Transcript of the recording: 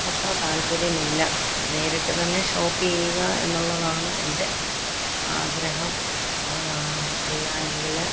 അത്ര താല്പര്യം ഇല്ല നേരിട്ട് തന്നെ ഷോപ്പ് ചെയ്യുക എന്നുള്ളതാണ് എൻ്റെ ആഗ്രഹം അല്ലായെങ്കില്